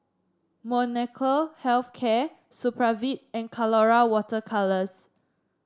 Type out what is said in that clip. Molnylcke Health Care Supravit and Colora Water Colours